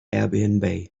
airbnb